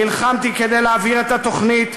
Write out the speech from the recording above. נלחמתי כדי להעביר את התוכנית,